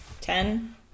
ten